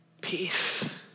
Peace